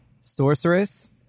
Sorceress